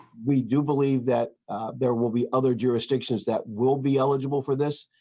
we do believe that there will be other jurisdictions that will be eligible for this.